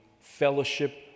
fellowship